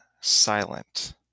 silent